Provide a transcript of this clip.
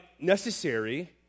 necessary